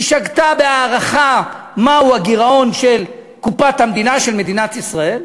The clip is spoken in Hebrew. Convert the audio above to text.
היא שגתה בהערכה מהו הגירעון של קופת מדינת ישראל,